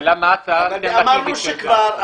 השאלה מה ההצעה האלטרנטיבית שלך.